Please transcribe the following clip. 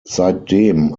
seitdem